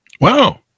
Wow